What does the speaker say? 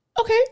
Okay